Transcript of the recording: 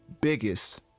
biggest